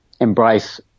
embrace